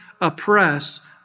oppress